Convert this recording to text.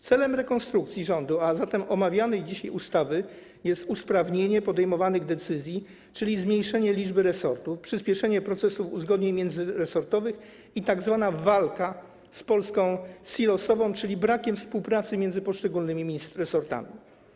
Celem rekonstrukcji rządu, a zatem omawianej dzisiaj ustawy, jest usprawnienie podejmowania decyzji, czyli zmniejszenie liczby resortów, przyspieszenie procesów uzgodnień międzyresortowych i tzw. walka z Polską silosową, czyli brakiem współpracy między poszczególnymi resortami.